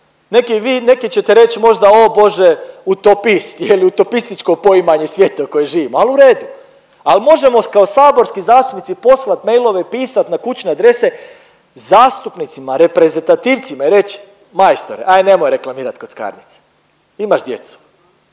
neki ćete reći možda o Bože utopist je li utopističko poimanje svijeta u kojem živimo ali u redu, ali možemo kao saborski zastupnici poslati mailove, pisat na kućne adrese zastupnicima, reprezentativcima i reći majstore aj nemoj reklamirat kockarnice imaš djecu.